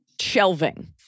shelving